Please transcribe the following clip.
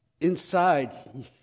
inside